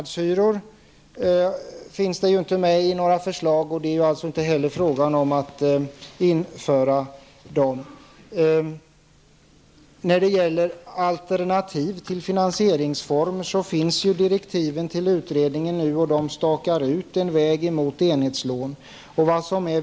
Det finns inga förslag om marknadshyror, och det är heller inte fråga om att införa sådana. När det gäller alternativa finansieringsformer stakar utredningens direktiv ut en väg mot enhetslån.